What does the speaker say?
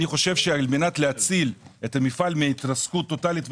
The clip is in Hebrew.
אני חושב שיש להציל את המפעל מהתרסקות טוטלית,